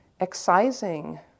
excising